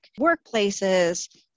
workplaces